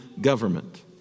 government